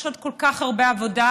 יש עוד כל כך הרבה עבודה,